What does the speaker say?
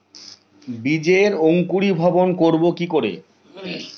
বীজের অঙ্কুরিভবন করব কি করে?